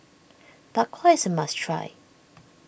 Bak Kwa is a must try